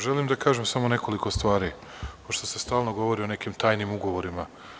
Želim da kažem samo nekoliko stvari pošto se stalno govori o nekim tajnim ugovorima.